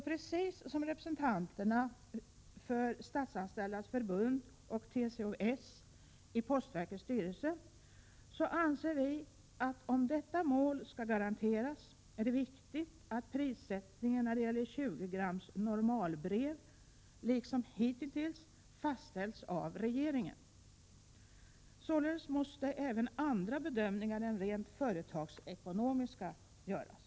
Precis som representanterna för Statsanställdas förbund och TCO-S i postverkets styrelse anser vi att om detta mål skall garanteras är det viktigt att prissättningen när det gäller 20-grams normalbrev liksom hitintills fastställs av regeringen. Således måste även andra bedömningar än rent företagsekonomiska göras.